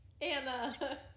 anna